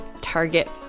target